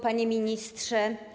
Panie Ministrze!